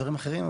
דברים אחרים,